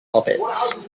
hobbits